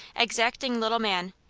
exacting little man,